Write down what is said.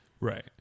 Right